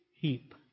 heap